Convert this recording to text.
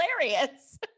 hilarious